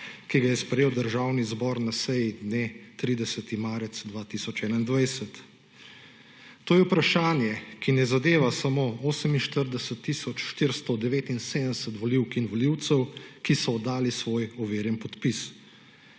ki ga je sprejel Državni zbor na seji dne 30. marec 2021? To je vprašanje, ki ne zadeva samo 48 tisoč 479 volivk in volivcev, ki so oddali svoj overjen podpis.